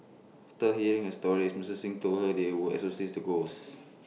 hearing A stories Mister Xing told her they would exorcise the ghosts